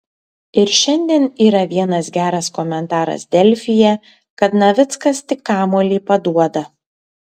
ir šiandien yra vienas geras komentaras delfyje kad navickas tik kamuolį paduoda